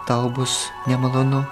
tau bus nemalonu